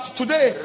today